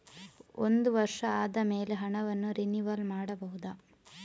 ಒಂದು ವರ್ಷ ಆದಮೇಲೆ ಹಣವನ್ನು ರಿನಿವಲ್ ಮಾಡಬಹುದ?